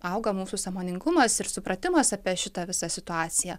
auga mūsų sąmoningumas ir supratimas apie šitą visą situaciją